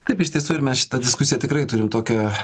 taip iš tiesų ir mes šitą diskusiją tikrai turim tokią